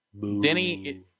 denny